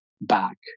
back